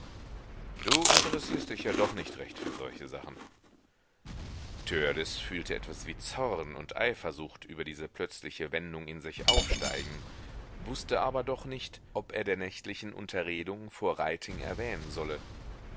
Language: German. interessierst dich ja doch nicht recht für solche sachen törleß fühlte etwas wie zorn und eifersucht über diese plötzliche wendung in sich aufsteigen wußte aber doch nicht ob er der nächtlichen unterredung vor reiting erwähnen solle